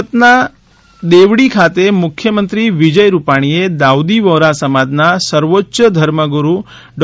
સૂરત શહેરના દેવડી ખાતે મુખ્યમંત્રી વિજય રૂપાણીએ દાઉદી વ્હોરા સમાજના સર્વોચ્ય ઘર્મગુરૂ ડો